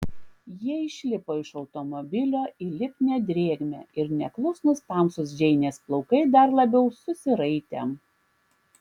jie išlipo iš automobilio į lipnią drėgmę ir neklusnūs tamsūs džeinės plaukai dar labiau susiraitė